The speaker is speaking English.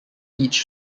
each